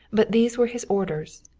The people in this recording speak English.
but these were his orders.